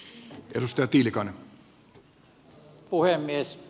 arvoisa puhemies